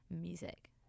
music